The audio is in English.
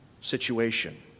situation